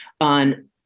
on